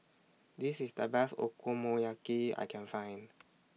This IS The Best Okonomiyaki I Can Find